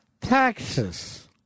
Taxes